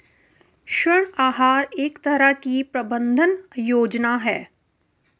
ऋण आहार एक तरह की प्रबन्धन योजना है